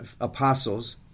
apostles